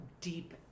deep